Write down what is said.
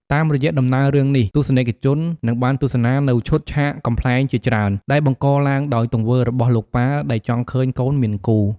តាមរយៈដំណើររឿងនេះ ទស្សនិកជននឹងបានទស្សនានូវឈុតឆាកកំប្លែងជាច្រើន ដែលបង្កឡើងដោយទង្វើរបស់លោកប៉ាដែលចង់ឃើញកូនមានគូ។